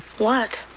what?